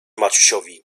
maciusiowi